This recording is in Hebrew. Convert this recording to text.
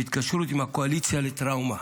בהתקשרות עם הקואליציה לטראומה